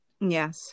Yes